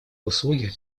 услуги